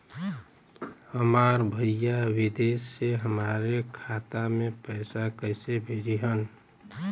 हमार भईया विदेश से हमारे खाता में पैसा कैसे भेजिह्न्न?